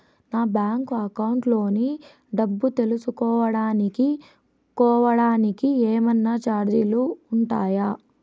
నా bank account లోని డబ్బు తెలుసుకోవడానికి కోవడానికి ఏమన్నా చార్జీలు ఉంటాయా?